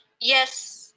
Yes